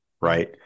right